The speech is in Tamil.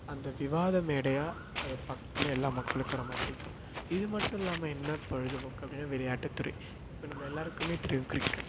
அந்த விவாத மேடையாக அதை பார்க்கக்குள்ள எல்லா மக்களுக்கும் ரொம்ப பிடிக்கும் இது மட்டும் இல்லாமல் என்ன பொழுதுபோக்கு அப்படின்னா விளையாட்டுத்துறை இப்போ நம்ம எல்லாேருக்குமே தெரியும் கிரிக்கெட்